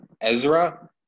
Ezra